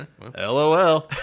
LOL